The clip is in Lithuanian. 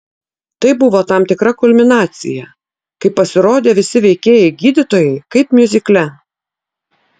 tai buvo tam tikra kulminacija kai pasirodė visi veikėjai gydytojai kaip miuzikle